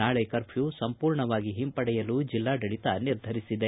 ನಾಳೆ ಕರ್ಪ್ಯೂ ಸಂಪೂರ್ಣವಾಗಿ ಓಂಪಡೆಯಲು ಜಿಲ್ಲಾಡಳಿತ ನಿರ್ಧರಿಸಿದೆ